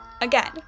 again